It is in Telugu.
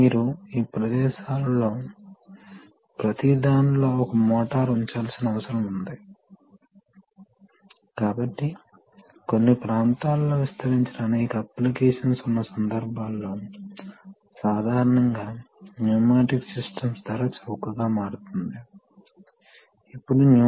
దీనికి ముందు ఇది దీని గుండా ప్రవహించే ప్రయత్నం చేస్తే అది ప్రవహించదు ఎందుకంటే అది మూసివేయబడుతుంది కాబట్టి ప్రవాహాన్ని పంపుటకు ట్యాంక్ ఉండకూడదు మరోవైపు మీరు ఇక్కడ పైలట్ ప్రెషర్ ని వర్తింపజేస్తే మీరు డైరెక్షనల్ వాల్వ్ ఉపయోగించి పైలట్ ప్రెషర్ను ఉపయోగించవచ్చని మీరు చూస్తారు కాబట్టి వాల్వ్ పంప్ ఈ స్థితిలో B కి అనుసంధానించబడి ఉంది